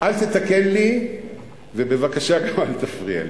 אל תתקן לי ובבקשה גם אל תפריע לי.